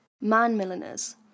man-milliners